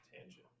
tangent